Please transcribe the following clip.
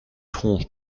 tronche